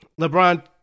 LeBron